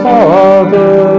Father